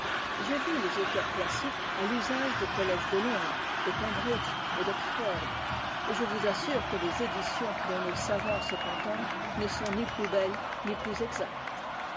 j'ai vu les auteurs classiques à l'usage des collèges de londres de cambridge et d'oxford et je vous assure que les éditions dont nos savants se contentent ne sont ni plus belles ni plus exactes